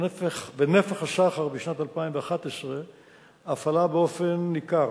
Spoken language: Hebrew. ונפח הסחר בשנת 2011 אף גדל באופן ניכר.